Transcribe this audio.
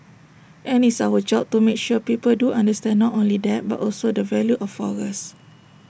and it's our job to make sure people do understand not only that but also the value of forest